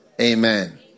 Amen